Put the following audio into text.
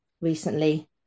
recently